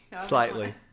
Slightly